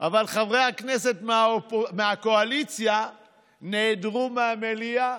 אבל חברי הכנסת מהקואליציה נעדרו מהמליאה.